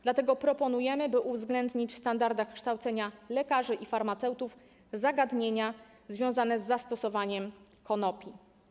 Dlatego proponujemy, by uwzględnić w standardach kształcenia lekarzy i farmaceutów zagadnienia związane z zastosowaniem konopi.